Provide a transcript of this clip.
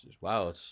wow